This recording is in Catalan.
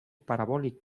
parabòlic